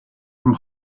from